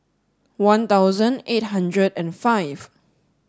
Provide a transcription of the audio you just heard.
one dozen eight hundred and five